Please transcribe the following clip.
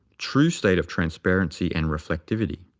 true state of transparency and reflectivity.